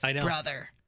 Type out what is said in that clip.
brother